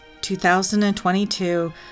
2022